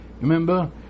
Remember